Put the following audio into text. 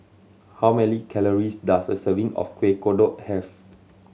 how many calories does a serving of Kueh Kodok have